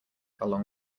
along